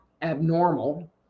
abnormal